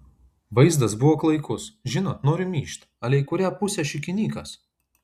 vaizdas buvo klaikus žinot noriu myžt ale į kurią pusę šikinykas